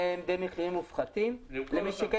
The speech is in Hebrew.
היא תצטרך לאפשר במחירים מופחתים למי שכן